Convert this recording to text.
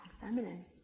feminine